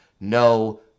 no